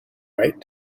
right